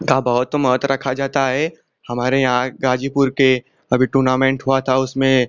का बहुत महत्व रखा जाता है हमारे यहाँ गाजीपुर के अभी टूर्नामेंट हुआ था उसमें